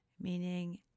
Meaning